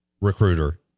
recruiter